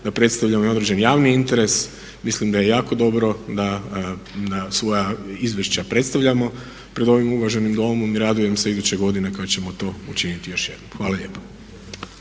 da predstavljamo i određeni javni interes. Mislim da je jako dobro da svoja izvješća predstavljamo pred ovim uvaženim Domom i radujem se iduće godine kada ćemo to učiniti još jednom. Hvala lijepa.